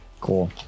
Cool